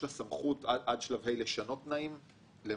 יש לנו גם לשונית קטנה שאנחנו מדברים עליה כהלוואות מותאמות,